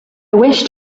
wished